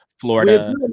Florida